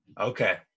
Okay